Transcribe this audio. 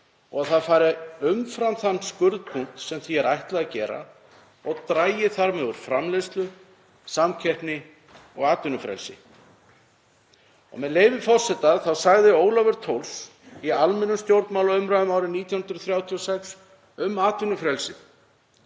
og að það fari umfram þann skurðpunkt sem því er ætlað að gera og dragi þar með úr framleiðslu, samkeppni og atvinnufrelsi. Með leyfi forseta, sagði Ólafur Thors í almennum stjórnmálaumræðum árið 1936 um atvinnufrelsi: